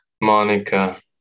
Monica